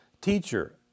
Teacher